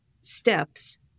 steps